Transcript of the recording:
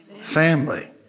family